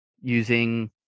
using